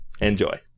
Enjoy